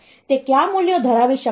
તે કયા મૂલ્યો ધરાવી શકે છે